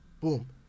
boom